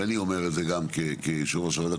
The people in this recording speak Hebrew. ואני אומר את זה גם כיושב ראש הוועדה.